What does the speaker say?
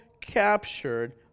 captured